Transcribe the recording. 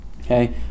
Okay